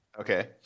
Okay